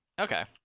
Okay